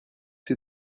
ces